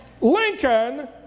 Lincoln